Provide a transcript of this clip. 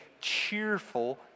cheerful